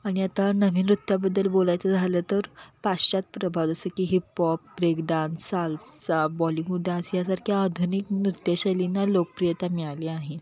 आणि आता नवीन नृत्याबद्दल बोलायचं झालं तर पाश्चात्य प्रभाव जसं की hip hop break dance salsa Bollywood dance यासारख्या आधुनिक नृत्यशैलीना लोकप्रियता मिळाली आहे